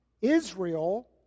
Israel